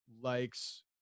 likes